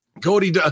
Cody